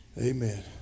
amen